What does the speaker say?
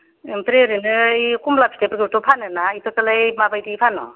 ओमफ्राय ओरैनो बे कमला फिथाइफोरखौथ' फानो ना बेफोरखौलाय माबायदि फानो